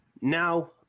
Now